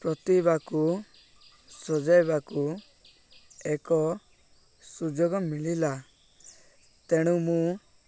ପ୍ରତିଭାକୁ ସଜାଇବାକୁ ଏକ ସୁଯୋଗ ମିଳିଲା ତେଣୁ ମୁଁ